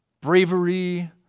bravery